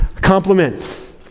compliment